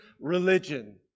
religion